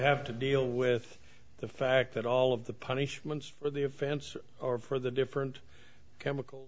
have to deal with the fact that all of the punishments for the offense or for the different chemical